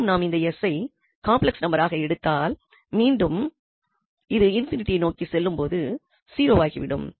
மேலும் நாம் இந்த 𝑠 ஐ காம்ப்ளெக்ஸ் நம்பராக எடுத்தால் மீண்டும் இது ∞ ஐ நோக்கி செல்லும் போது 0 ஆகிவிடும்